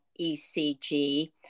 ECG